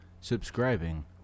subscribing